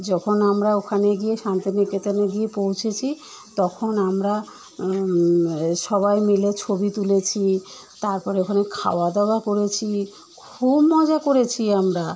যখন আমরা ওখানে গিয়ে শান্তিনিকেতনে গিয়ে পৌঁছেছি তখন আমরা এ সবাই মিলে ছবি তুলেছি তারপরে ওখানে খাওয়া দাওয়া করেছি খুব মজা করেছি আমরা